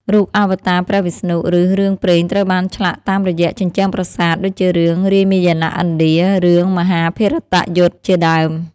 រូបអវតារព្រះវិស្ណុ ឬរឿងព្រេងត្រូវបានឆ្លាក់តាមរយៈជញ្ជាំងប្រាសាទ ដូចជារឿង រាមាយណៈឥណ្ឌា រឿង មហាភារតយុទ្ធ ជាដើម។។